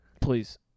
Please